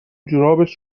جورابش